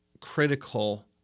critical—